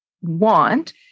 want